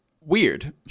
weird